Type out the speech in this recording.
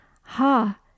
Ha